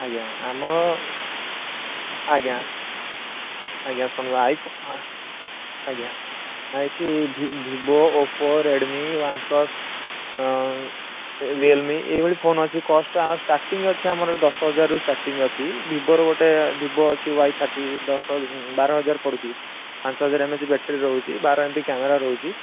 ଆଜ୍ଞା ଆମର ଆଜ୍ଞା ଆଜ୍ଞା ଶୁଣନ୍ତୁ ଆଇ ଫୋ ଆଜ୍ଞା ଏଠି V Vivo Oppo Redmi OnePlus Realme ଏହିଭଳି ଫୋନ୍ ଅଛି କଷ୍ଟ୍ ଆମର ଷ୍ଟାର୍ଟିଙ୍ଗ୍ ଅଛି ଆମର ଦଶହଜାରରୁ ଷ୍ଟାର୍ଟିଙ୍ଗ୍ ଅଛି ଭିବୋର ଗୋଟେ ଭିବୋ ଅଛି ୱାଇ ଥାର୍ଟି ଦଶ ବାରହଜାର ପଡ଼ୁଛି ପାଞ୍ଚହଜାର ଏମ୍ ଏଚ୍ ବ୍ୟାଟେରି ରହୁଛି ବାର ଏମ୍ ପି କ୍ୟାମେରା ରହୁଛି